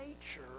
nature